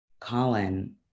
Colin